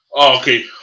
okay